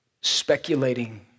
speculating